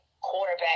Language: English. quarterback